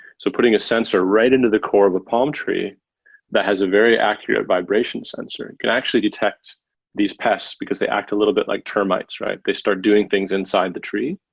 so putting a sensor right into the core of a palm tree that has a very accurate vibration sensor and can actually detect these pests, because they act a little bit like termites. they start doing things inside the tree